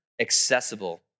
accessible